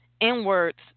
inwards